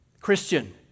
Christian